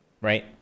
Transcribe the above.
right